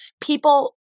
people